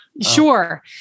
Sure